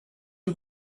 you